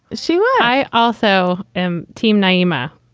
she y also and team nyima.